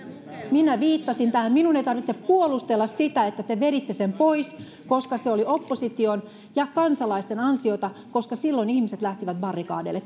minä viittasin tähän minun ei tarvitse puolustella sitä että te veditte sen pois koska se oli opposition ja kansalaisten ansiota koska silloin ihmiset lähtivät barrikadeille